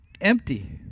empty